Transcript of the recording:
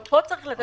גם פה צריך לתת.